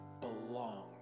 belong